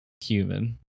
human